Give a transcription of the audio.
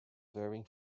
wearing